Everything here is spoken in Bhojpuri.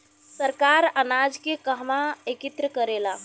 सरकार अनाज के कहवा एकत्रित करेला?